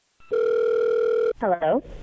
Hello